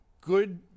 Good